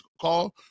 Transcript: call